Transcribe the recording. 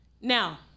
Now